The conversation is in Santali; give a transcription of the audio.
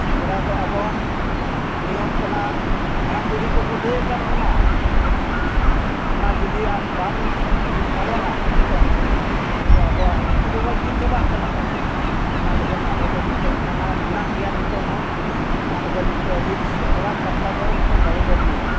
ᱥᱮᱸᱫᱽᱨᱟ ᱫᱚ ᱟᱵᱚᱣᱟᱜ ᱱᱤᱭᱚᱢ ᱠᱟᱱᱟ ᱦᱟᱲᱟᱢ ᱵᱩᱰᱦᱤ ᱠᱚᱠᱚ ᱞᱟᱹᱭ ᱟᱠᱟᱫ ᱵᱚᱱᱟ ᱮᱱᱠᱷᱟᱱ ᱩᱱᱠᱩ ᱚᱱᱟ ᱡᱩᱫᱤ ᱟᱢ ᱵᱟᱢ ᱯᱟᱞᱚᱱᱟ ᱱᱤᱛᱚᱝ ᱮᱱᱠᱷᱟᱱ ᱫᱚ ᱟᱵᱚᱣᱟᱜ ᱨᱤᱛᱤ ᱨᱮᱣᱟᱡ ᱜᱮ ᱪᱟᱵᱟᱜ ᱠᱟᱱᱟ ᱛᱟᱵᱚᱱ ᱚᱱᱟ ᱞᱟᱹᱜᱤᱫ ᱟᱵᱚ ᱫᱚ ᱱᱤᱛᱚᱝ ᱚᱱᱟ ᱢᱮᱱᱟᱜ ᱜᱮᱭᱟ ᱱᱤᱛᱚᱝ ᱦᱚᱸ ᱚᱱᱟ ᱞᱟᱹᱜᱤᱫ ᱱᱤᱛᱳᱜ ᱦᱟᱹᱵᱤᱡ ᱥᱮᱸᱫᱽᱨᱟ ᱠᱟᱨᱠᱟ ᱫᱚ ᱱᱤᱛᱳᱜ ᱵᱟᱵᱚ ᱵᱟᱹᱜᱤᱭᱟ